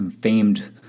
famed